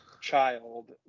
child